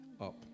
up